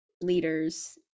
leaders